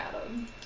Adam